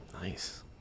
Nice